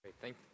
Thank